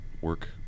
work